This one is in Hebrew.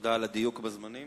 תודה על הדיוק בזמנים,